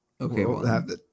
okay